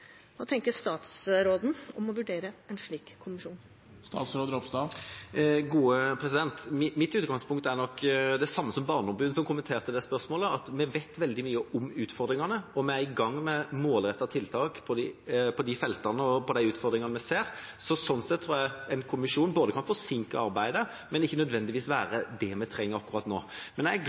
Hva tenker statsråden om å vurdere en slik kommisjon? Mitt utgangspunkt er nok det samme som Barneombudets, som kommenterte det spørsmålet, at vi vet veldig mye om utfordringene, og vi er i gang med målrettede tiltak på de feltene og for de utfordringene vi ser. Sånn sett tror jeg en kommisjon kan forsinke arbeidet og ikke nødvendigvis være det vi trenger akkurat nå. Jeg er